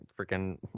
freaking